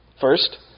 First